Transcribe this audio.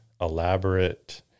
elaborate